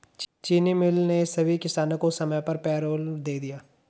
चीनी मिल ने सभी किसानों को समय पर पैरोल दे दिया